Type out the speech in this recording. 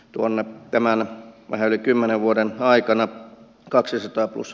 tuollattämällä väheni kymmenen vuoden aikana kaksisataa plus